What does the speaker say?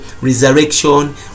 resurrection